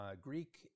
Greek